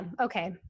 okay